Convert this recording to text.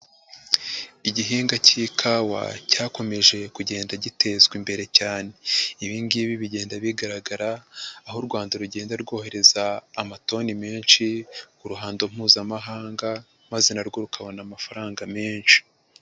Igihingwa cy'ikawa cyakomeje kugenda gitezwa imbere cyane. Ibi ngibi bigenda bigaragara aho u Rwanda rugenda rwohereza amatoni menshi ku ruhando Mpuzamahanga maze na rwo rukabona amafaranga menshi.